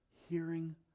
Hearing